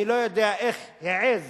אני לא יודע איך העז